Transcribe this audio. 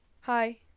hi